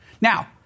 Now